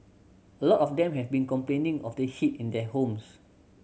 a lot of them have been complaining of the heat in their homes